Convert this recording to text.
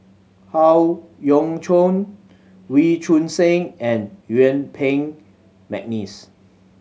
Howe Yoon Chong Wee Choon Seng and Yuen Peng McNeice